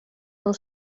pel